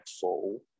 full